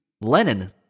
Lenin